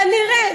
כנראה,